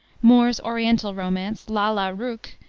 moore's oriental romance, lalla rookh,